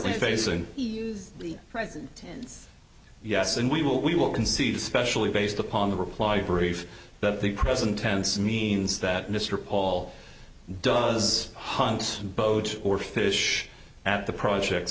facing right yes and we will we will concede specially based upon the reply brief that the present tense means that mr pawle does hans boat or fish at the project